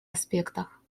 аспектах